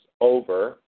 over